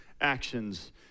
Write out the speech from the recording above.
actions